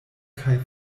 kaj